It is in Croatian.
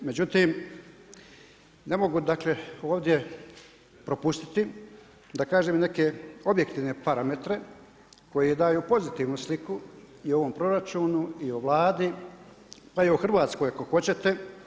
Međutim, ne mogu ovdje propustiti, da kažem neke objektivne parametre, koji daju pozitivnu sliku i o ovom proračunu i o vladi pa i o Hrvatskoj ako hoćete.